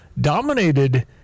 dominated